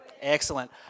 Excellent